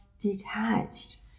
detached